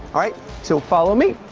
alright, so follow me.